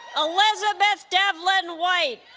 elizabeth devlin white